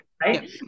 right